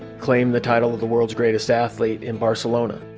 claim the title of the world's greatest athlete in barcelona